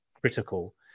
critical